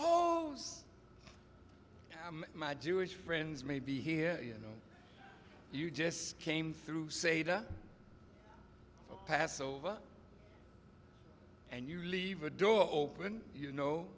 suppose my jewish friends may be here you know you just came through seder passover and you leave a door open you know